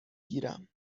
گیرم